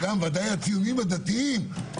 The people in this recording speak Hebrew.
וגם ודאי הציונים הדתיים,